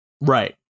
Right